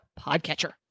podcatcher